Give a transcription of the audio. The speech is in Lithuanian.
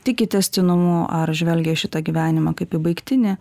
tiki tęstinumu ar žvelgia į šitą gyvenimą kaip į baigtinį